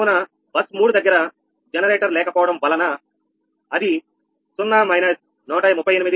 కావున బస్ 3 దగ్గర జనరేటర్ లేకపోవడం వలన అది 0−138